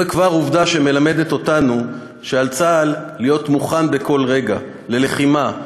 זו כבר עובדה שמלמדת אותנו שעל צה"ל להיות מוכן בכל רגע ללחימה,